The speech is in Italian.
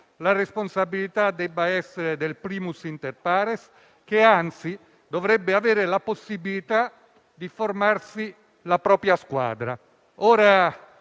la responsabilità debba essere del *primus inter pares*, che dovrebbe anzi avere la possibilità di formarsi la propria squadra. Le